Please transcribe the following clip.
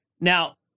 Now